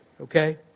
Okay